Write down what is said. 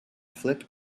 flip